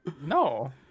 No